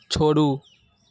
छोड़ू